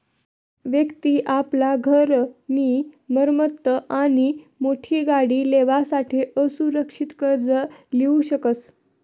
व्यक्ति आपला घर नी मरम्मत आणि मोठी गाडी लेवासाठे असुरक्षित कर्ज लीऊ शकस